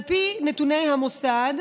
על פי נתוני המוסד,